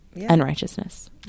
unrighteousness